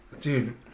dude